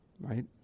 Right